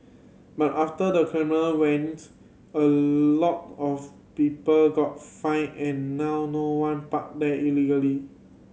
but after the camera went a lot of people got fined and now no one park there illegally